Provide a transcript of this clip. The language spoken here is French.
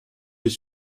les